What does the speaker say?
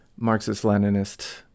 Marxist-Leninist